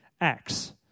acts